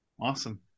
awesome